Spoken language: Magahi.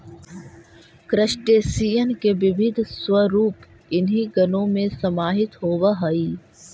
क्रस्टेशियन के विविध स्वरूप इन्हीं गणों में समाहित होवअ हई